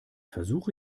versuche